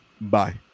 Bye